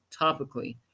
topically